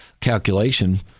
calculation